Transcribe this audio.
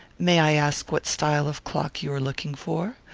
may i ask what style of clock you are looking for?